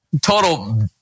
total